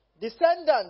descendants